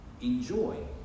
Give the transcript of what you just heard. enjoy